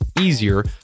easier